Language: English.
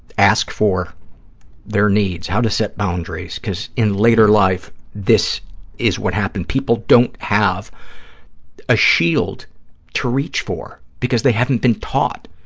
ask for their needs, how to set boundaries, because in later life, this is what happens. people don't have a shield to reach for, because they haven't been taught.